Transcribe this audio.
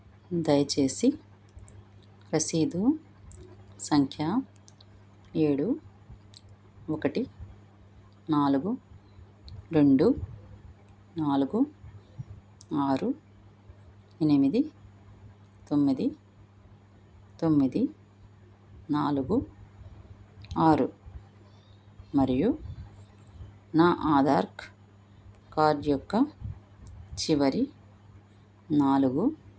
దయచేసి రసీదు సంఖ్య ఏడు ఒకటి నాలుగు రెండు నాలుగు ఆరు ఎనిమిది తొమ్మిది తొమ్మిది నాలుగు ఆరు మరియు నా ఆధార్ కార్డ్ యొక్క చివరి నాలుగు